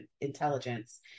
intelligence